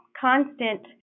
constant